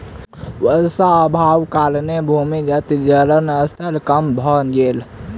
वर्षा अभावक कारणेँ भूमिगत जलक स्तर कम भ गेल